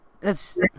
That's-